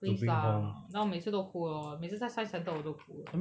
please lah now 我每次都哭的 lor 每次在 science centre 我都哭的